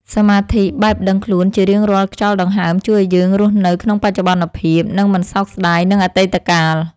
សមាធិបែបដឹងខ្លួនជារៀងរាល់ខ្យល់ដង្ហើមជួយឱ្យយើងរស់នៅក្នុងបច្ចុប្បន្នភាព និង មិនសោកស្តាយនឹងអតីតកាល។